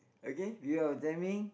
okay beware of timing